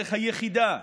כדרך היחידה,